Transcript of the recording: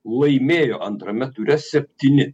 laimėjo antrame ture septyni